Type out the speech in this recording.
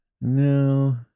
No